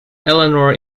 eleanor